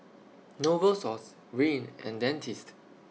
Novosource Rene and Dentiste